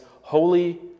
holy